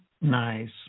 Nice